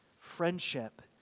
friendship